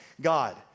God